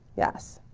yes